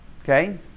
Okay